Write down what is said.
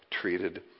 treated